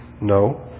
No